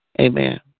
Amen